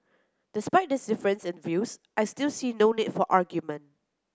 despite this difference in views I still see no need for argument